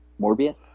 Morbius